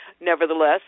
nevertheless